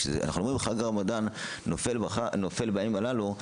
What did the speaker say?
וכשאנחנו אומרים חג הרמדאן נופל בימים הללו,